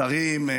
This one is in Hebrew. שרים,